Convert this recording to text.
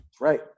Right